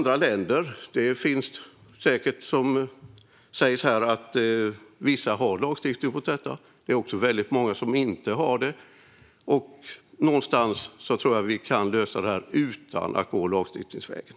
Det är säkert på det sättet som sägs här, att vissa länder har lagstiftning mot rökning på uteserveringar. Det är också många som inte har det. Jag tror att vi kan lösa det här utan att gå lagstiftningsvägen.